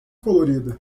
colorida